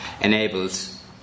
enables